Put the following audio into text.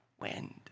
wind